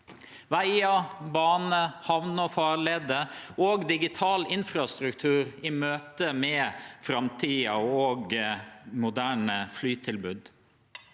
vegar, baner, hamner, farleier og digital infrastruktur – i møte med framtida og moderne flytilbod.